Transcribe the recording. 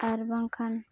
ᱟᱨ ᱵᱟᱝᱠᱷᱟᱱ